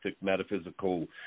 metaphysical